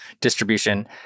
distribution